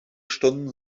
stunden